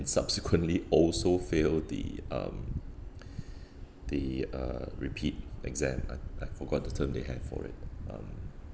subsequently also fail the um the uh repeat exam I I forgot the term they have for it um